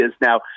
now